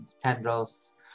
tendrils